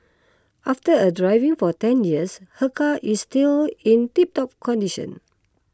after a driving for ten years her car is still in tip top condition